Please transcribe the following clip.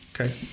Okay